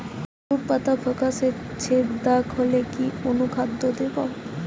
আলুর পাতা ফেকাসে ছোপদাগ হলে কি অনুখাদ্য দেবো?